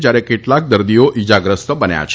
જયારે કેટલાક દર્દીઓ ઇજાગ્રસ્ત બન્યા છે